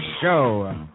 Show